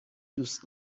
دوست